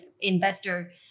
investor